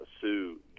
Sue